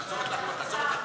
ההצעה להעביר